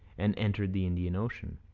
and entered the indian ocean.